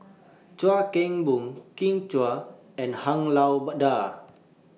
Chuan Keng Boon Kin Chui and Han Lao DA